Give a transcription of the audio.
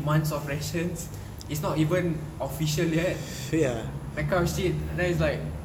months of rations it's not even officially yet that kind of shit then it's like